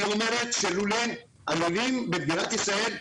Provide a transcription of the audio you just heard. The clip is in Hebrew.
והיא אומרת שהלולנים במדינת ישראל,